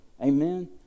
Amen